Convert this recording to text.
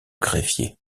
greffier